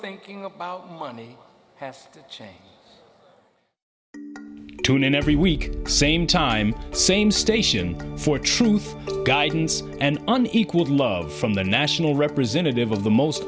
thinking about money has to change tune in every week same time same station for truth guidance and an equal love from the national representative of the most